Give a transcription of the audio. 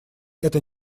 это